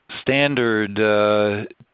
standard